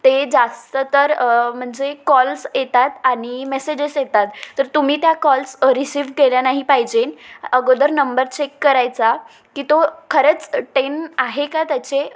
ते जास्त तर म्हणजे कॉल्स येतात आणि मेसेजेस येतात तर तुम्ही त्या कॉल्स रिसीव्ह केले नाही पाहिजेन अगोदर नंबर चेक करायचा की तो खरंच टेन आहे का त्याचे